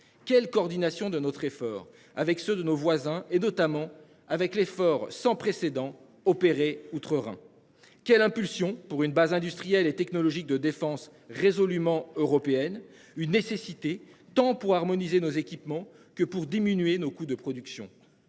quelle coordination de notre effort avec ceux de nos voisins et notamment avec l'effort sans précédent opérer outre-Rhin quelle impulsion pour une base industrielle et technologique de défense résolument européenne, une nécessité, tant pour harmoniser nos équipements que pour diminuer nos coûts de production.